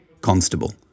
Constable